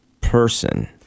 person